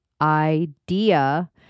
idea